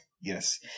Yes